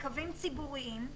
לקווים ציבוריים,